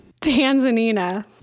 Tanzanina